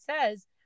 says